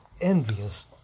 envious